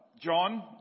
John